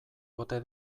ote